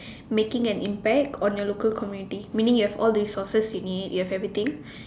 making an impact on your local community meaning you have all the resources you need you have everything